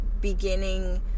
beginning